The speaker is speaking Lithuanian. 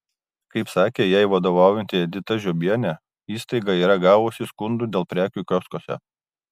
kaip sakė jai vadovaujanti edita žiobienė įstaiga yra gavusi skundų dėl prekių kioskuose